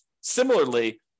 Similarly